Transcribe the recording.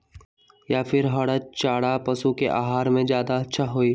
या फिर हरा चारा पशु के आहार में ज्यादा अच्छा होई?